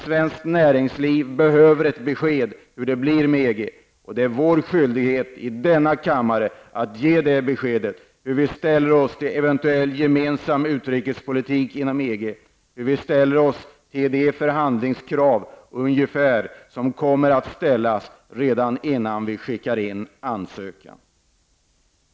Svenskt näringsliv behöver ett besked om hur det blir med EG, och det är vår skyldighet i denna kammare att ge det beskedet, hur vi ställer oss till eventuell gemensam utrikespolitik inom EG och till de förhandlingskrav som kan komma redan innan vi skickar in ansökan.